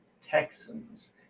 Texans